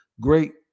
Great